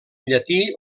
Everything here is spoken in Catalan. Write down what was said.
llatí